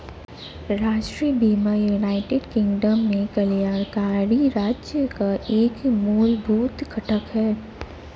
राष्ट्रीय बीमा United Kingdom में कल्याणकारी राज्य का एक मूलभूत घटक है